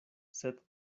sed